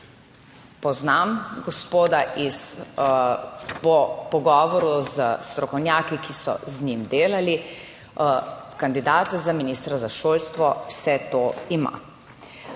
poznam gospoda iz, po pogovoru s strokovnjaki, ki so z njim delali, kandidat za ministra za šolstvo vse to ima.